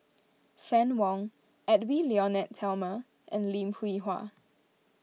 Fann Wong Edwy Lyonet Talma and Lim Hwee Hua